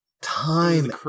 Time